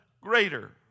greater